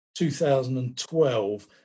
2012